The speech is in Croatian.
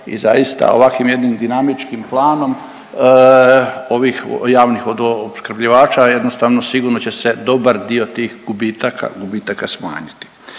i zaista ovakvim jednim dinamičkim planom ovih javnih vodo opskrbljivača jednostavno sigurno će se dobar dio tih gubitaka, gubitaka